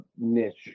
niche